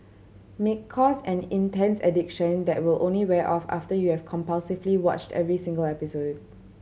may cause an intense addiction that will only wear off after you have compulsively watched every single episode